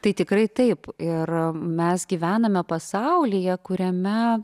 tai tikrai taip ir mes gyvename pasaulyje kuriame